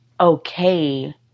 okay